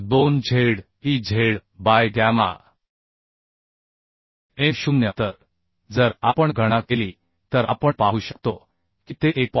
2 z e z by gamma m0 तर जर आपण गणना केली तर आपण पाहू शकतो की ते 1